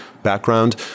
background